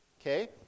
okay